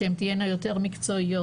שהן תהיינה יותר מקצועיות,